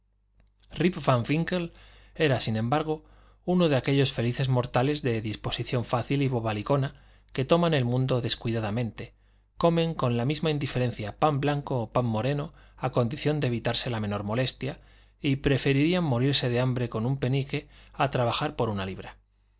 van winkle era sin embargo uno de aquellos felices mortales de disposición fácil y bobalicona que toman el mundo descuidadamente comen con la misma indiferencia pan blanco o pan moreno a condición de evitarse la menor molestia y preferirían morirse de hambre con un penique a trabajar por una libra